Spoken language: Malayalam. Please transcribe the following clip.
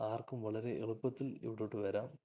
ആർക്കും വളരെ എളുപ്പത്തിൽ ഇവിടോട്ട് വരാം